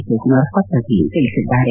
ಶಿವಕುಮಾರ್ ಪತ್ರದಲ್ಲಿ ತಿಳಿಸಿದ್ದಾರೆ